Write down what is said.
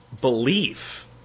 belief